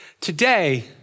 Today